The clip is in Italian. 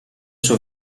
suo